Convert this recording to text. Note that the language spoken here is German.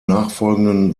nachfolgenden